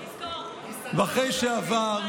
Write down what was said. ואחרי שעבר,